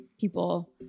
people